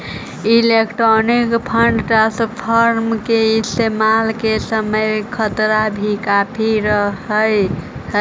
electronic fund transfer के इस्तेमाल के समय खतरा भी काफी रहअ हई